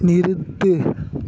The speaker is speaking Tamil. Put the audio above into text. நிறுத்து